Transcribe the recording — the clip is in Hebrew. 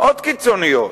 מאוד קיצוניות.